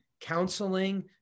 counseling